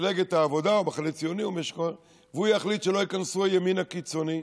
ממפלגת העבודה או מהמחנה הציוני והוא יחליט שלא ייכנסו מהימין הקיצוני?